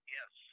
Yes